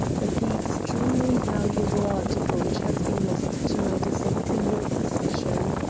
that the extremely valuable article which has been lost to-night is not in your possession.